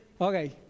Okay